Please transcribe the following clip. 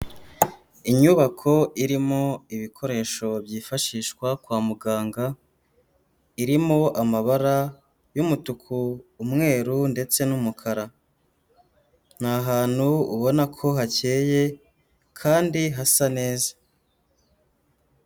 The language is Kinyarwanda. Inyubako irimo ibikoresho byifashishwa kwa muganga, irimo amabara y'umutuku, umweru ndetse n'umukara, ni ahantu ubona ko hakeye kandi hasa neza.